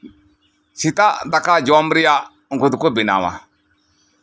ᱥᱮᱛᱟᱜ ᱫᱟᱠᱞᱟ ᱡᱚᱢ ᱨᱮᱭᱟᱜ ᱩᱱᱠᱩ ᱫᱚᱠᱚ ᱵᱮᱱᱟᱣᱟ